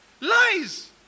lies